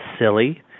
silly